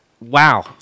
Wow